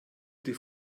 die